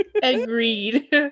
Agreed